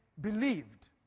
believed